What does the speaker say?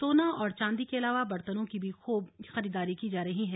सोना और चांदी के अलावा बर्तनों की भी खूब खरीदारी की जा रही है